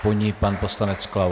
Po ní pan poslanec Klaus.